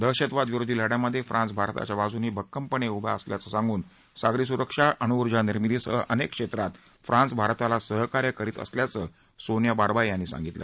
दहशतवादविरोधी लढ्यामध्ये फ्रांस भारताच्या बाजूने भक्कमपणे उभा असल्याचे सांगून सागरी सुरक्षा अणुऊर्जा निर्मितीसह अनेक क्षेत्रात फ्रांस भारताला सहकार्य करीत असल्याचं सोनिया बार्ब्राय यांनी यावेळी संगितलं